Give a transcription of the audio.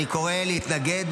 אני קורא להתנגד,